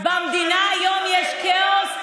במדינה היום יש כאוס,